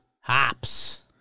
Hops